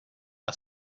que